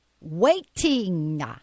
waiting